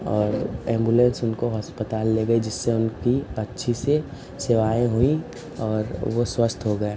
और एम्बुलेंस उनको हस्पताल ले गई जिससे उनकी अच्छी से सेवाएँ हुई और वो स्वस्थ हो गए